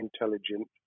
intelligent